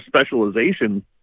specialization